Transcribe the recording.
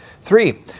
three